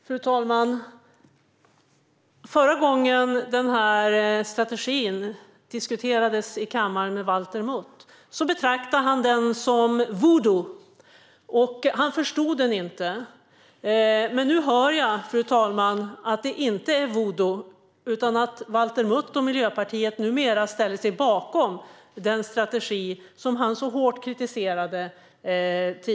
Fru talman! Förra gången den här strategin diskuterades med Valter Mutt i kammaren betraktade han den som voodoo. Han förstod den inte. Men nu hör jag att den inte är voodoo. Valter Mutt och Miljöpartiet ställer sig numera bakom den strategi som han tidigare kritiserade så hårt.